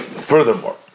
Furthermore